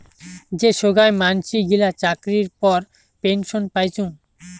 যে সোগায় মানসি গিলা চাকরির পর পেনসন পাইচুঙ